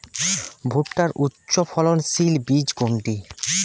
ভূট্টার উচ্চফলনশীল বীজ কোনটি?